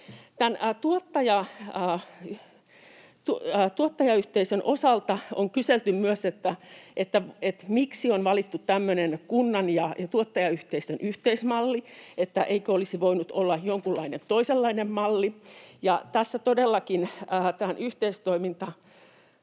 tuottajayhteisön osalta on kyselty myös, miksi on valittu tämmöinen kunnan ja tuottajayhteisön yhteismalli, eikö olisi voinut olla jonkunlainen toisenlainen malli, ja tässä todellakin tämän yhteistoimintamallin